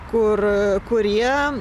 kur kurie